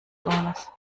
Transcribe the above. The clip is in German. sohnes